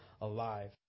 alive